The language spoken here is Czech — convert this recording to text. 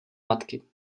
matky